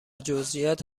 جزییات